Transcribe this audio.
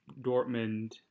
dortmund